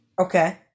Okay